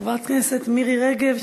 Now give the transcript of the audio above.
חברת הכנסת מירי רגב,